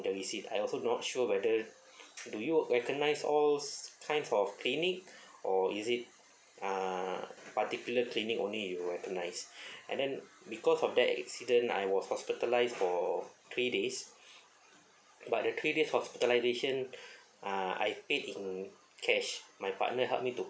the receipt I also not sure whether do you recognise all kinds of clinic or is it uh particular clinic only you only recognise and then because of that accident I was hospitalised for three days but the three days hospitalisation uh I paid in cash my partner help me to